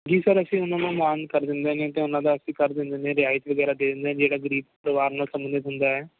ਜੀ ਸਰ ਅਸੀਂ ਉਹਨਾਂ ਨੂੰ ਮਾਨ ਕਰ ਦਿੰਦੇ ਨੇ ਅਤੇ ਉਹਨਾਂ ਦਾ ਅਸੀਂ ਕਰ ਦਿੰਦੇ ਨੇ ਰਿਆਇਤ ਵਗੈਰਾ ਦੇ ਦਿੰਦੇ ਜਿਹੜਾ ਗਰੀਬ ਪਰਿਵਾਰ ਨਾਲ ਸੰਬਧਿਤ ਹੁੰਦਾ ਹੈ